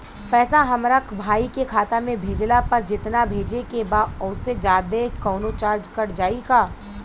पैसा हमरा भाई के खाता मे भेजला पर जेतना भेजे के बा औसे जादे कौनोचार्ज कट जाई का?